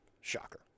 Shocker